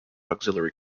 auxiliary